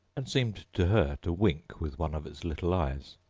and seemed to her to wink with one of its little eyes,